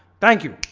thank you.